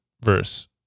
verse